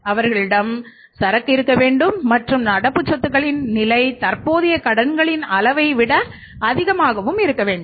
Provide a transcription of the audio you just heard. அவர்களிடம் சரக்கு இருக்க வேண்டும் மற்றும் நடப்பு சொத்துக்களின் நிலை தற்போதைய கடன்களின் அளவை விட அதிகமாக இருக்க வேண்டும்